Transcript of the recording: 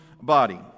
body